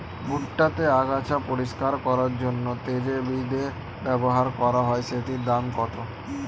ভুট্টা তে আগাছা পরিষ্কার করার জন্য তে যে বিদে ব্যবহার করা হয় সেটির দাম কত?